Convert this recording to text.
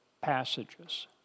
passages